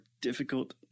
difficult